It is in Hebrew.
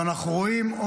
ואנחנו רואים,